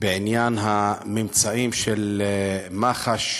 בעניין הממצאים של מח"ש